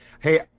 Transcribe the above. Hey